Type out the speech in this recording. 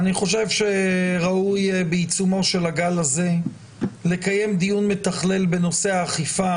אני חושב שראוי בעיצומו של הגל הזה לקיים דיון מתכלל בנושא האכיפה,